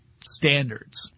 standards